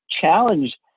challenge